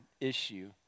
issue